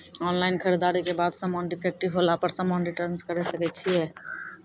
Online खरीददारी के बाद समान डिफेक्टिव होला पर समान रिटर्न्स करे सकय छियै?